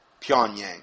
Pyongyang